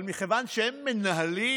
אבל מכיוון שהם מנהלים